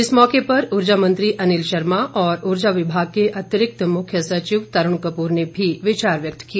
इस मौके पर ऊर्जा मंत्री अनिल शर्मा और ऊर्जा विभाग के अतिरिक्त मुख्य सचिव तरूण कपूर ने भी विचार व्यक्त किए